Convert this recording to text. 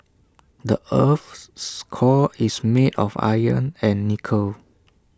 the Earth's core is made of iron and nickel